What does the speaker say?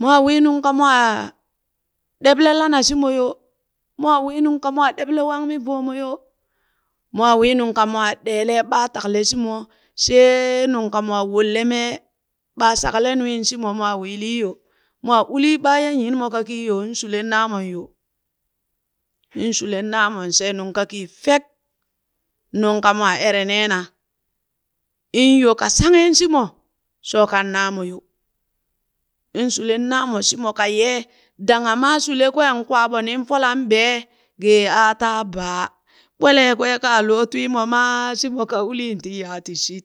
mwaa wii nung ka mwaa ɗeɓle lana shimo yo, mwaa wii nung ka mwaa ɗeɓle wangmi voomo yo, mwaa wii nung ka mwaa ɗeelee ɓaa takale shimo shee nung ka mwaa wole mee ɓaa shakale nwiin shimo mwa willi yo, mwaa ulii ɓaa ye nyinmo kakii yo in shulen naamon yo, in shulen naamon she, nung kakii fek nungka mwaa ere neena, in yo ka shanghen shimo shookan naamo yo, in shulen naamo shimo ka yee danghan maa shulen kwe kwaaɓo nin folan bee ge aa taa baa, ɓwele kwe ka loo twii mo ma shimo ka ulin ti yaa ti shit.